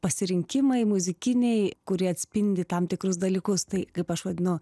pasirinkimai muzikiniai kurie atspindi tam tikrus dalykus tai kaip aš vadinu